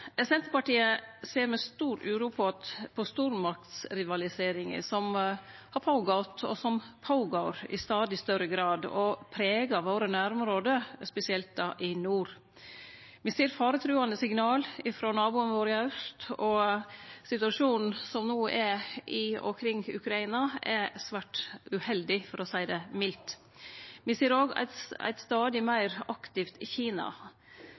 Senterpartiet ser med stor uro på stormaktsrivaliseringa som har gått føre seg, og som går føre seg i stadig større grad og pregar våre nærområde, spesielt i nord. Me ser faretruande signal frå naboen vår i aust, og situasjonen som no er i og kring Ukraina, er svært uheldig, for å seie det mildt. Me ser også eit stadig meir aktivt Kina. Dette er ei utvikling som sjølvsagt ikkje er i